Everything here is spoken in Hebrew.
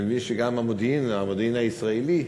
אני מבין שגם המודיעין, המודיעין הישראלי,